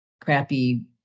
crappy